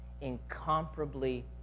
incomparably